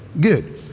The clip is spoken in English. good